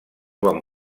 van